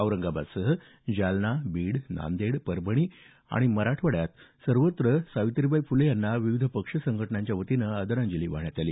औरंगाबाद सह जालना बीड नांदेड परभणी लातूरसह मराठवाड्यात सर्वत्र सावित्रीबाई फुले यांना विविध पक्ष संघटनांच्या आदरांजली वाहण्यात आली